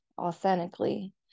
authentically